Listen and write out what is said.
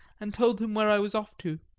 and told him where i was off to,